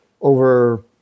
Over